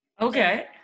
Okay